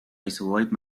isolate